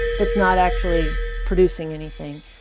that's not actually producing anything,